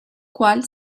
cual